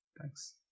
Thanks